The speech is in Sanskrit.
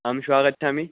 अहं श्वः आगच्छामि